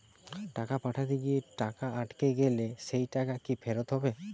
টাকা পাঠাতে গিয়ে টাকা আটকে গেলে সেই টাকা কি ফেরত হবে?